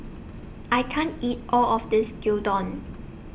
I can't eat All of This Gyudon